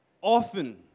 Often